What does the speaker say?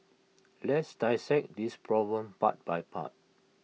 let's dissect this problem part by part